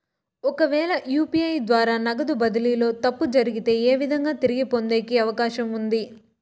ఒకవేల యు.పి.ఐ ద్వారా నగదు బదిలీలో తప్పు జరిగితే, ఏ విధంగా తిరిగి పొందేకి అవకాశం ఉంది?